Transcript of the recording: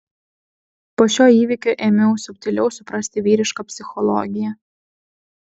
po šio įvykio ėmiau subtiliau suprasti vyrišką psichologiją